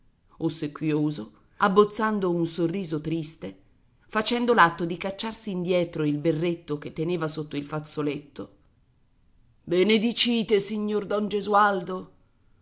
ossequioso abbozzando un sorriso triste facendo l'atto di cacciarsi indietro il berretto che teneva sotto il fazzoletto benedicite signor don gesualdo